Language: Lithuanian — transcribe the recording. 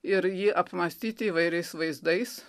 ir jį apmąstyti įvairiais vaizdais